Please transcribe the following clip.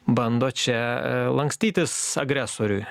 bando čia lankstytis agresoriui